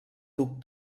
duc